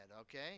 Okay